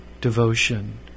devotion